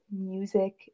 music